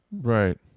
Right